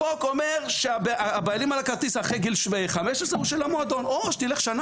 החוק אומר שהבעלים על הכרטיס אחרי גיל 15 הוא המועדון או שתצא לשנה